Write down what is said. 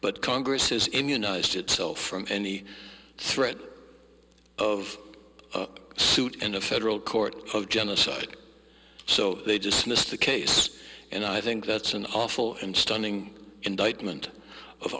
but congress has immunize itself from any threat of suit in a federal court of genocide so they just missed the case and i think that's an awful and stunning indictment of